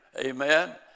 Amen